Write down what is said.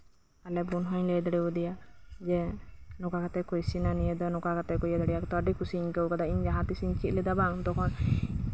ᱟᱞᱮ ᱵᱩᱱ ᱦᱚᱧ ᱞᱟᱹᱭ ᱫᱟᱲᱮᱣᱟᱫᱮᱭᱟ ᱡᱮ ᱱᱚᱝᱠᱟ ᱠᱟᱛᱮ ᱠᱚ ᱤᱥᱤᱱᱟ ᱱᱤᱭᱟᱹ ᱫᱚ ᱱᱚᱝᱠᱟ ᱠᱟᱛᱮ ᱠᱚ ᱤᱭᱟᱹ ᱫᱟᱲᱮᱣᱟᱜᱼᱟ ᱛᱚ ᱟᱹᱰᱤ ᱠᱩᱥᱤᱧ ᱟᱹᱭᱠᱟᱹᱣ ᱠᱟᱫᱟ ᱛᱚ ᱤᱧ ᱡᱟᱦᱟᱸ ᱛᱤᱥᱤᱧ ᱪᱮᱫ ᱞᱮᱫᱟ ᱵᱟᱝ ᱛᱚᱠᱷᱚᱱ